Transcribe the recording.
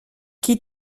qui